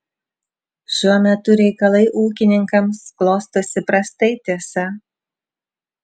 šiuo metu reikalai ūkininkams klostosi prastai tiesa